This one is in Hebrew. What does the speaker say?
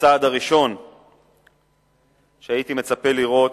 הצעד הראשון שהייתי מצפה לראות,